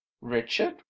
Richard